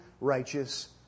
righteous